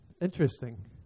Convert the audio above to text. interesting